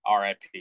RIP